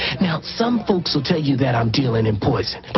some folks'll tell you that i'm dealing in poison,